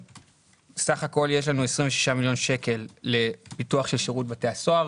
סך הכול יש 26 מיליון שקל לפיתוח שירות בתי הסוהר.